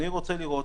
אני רוצה לראות,